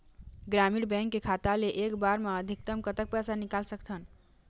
ग्रामीण बैंक के खाता ले एक बार मा अधिकतम कतक पैसा निकाल सकथन?